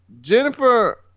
Jennifer